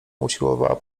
usiłowała